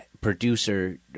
producer